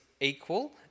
equal